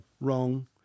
Wrong